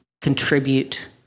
contribute